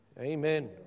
Amen